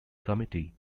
committee